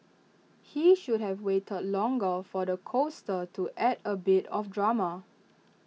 he should have waited longer for the coaster to add A bit of drama